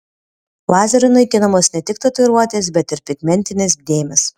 lazeriu naikinamos ne tik tatuiruotės bet ir pigmentinės dėmės